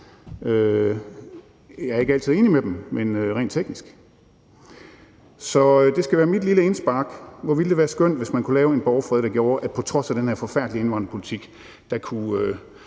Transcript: jeg er ikke altid enig med dem, men rent teknisk. Så det skal være mit lille indspark. Hvor ville det være skønt, hvis man kunne lave en borgfred, der gjorde, at på trods af den her forfærdelige indvandrerpolitik kunne